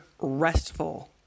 restful